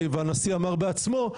והנשיא אמר בעצמו,